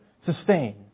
sustain